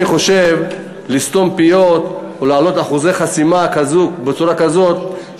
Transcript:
אני חושב שלסתום פיות או להעלות את אחוז החסימה בצורה כזאת,